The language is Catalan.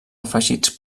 afegits